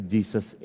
Jesus